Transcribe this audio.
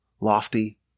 lofty